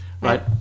right